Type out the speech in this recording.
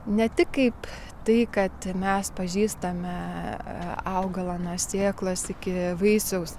ne tik kaip tai kad mes pažįstame augalą nuo sėklos iki vaisiaus